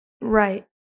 right